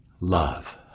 Love